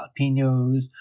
jalapenos